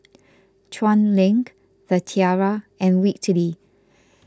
Chuan Link the Tiara and Whitley